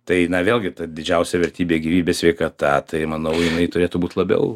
tai vėlgi ta didžiausia vertybė gyvybė sveikata tai manau turėtų būt labiau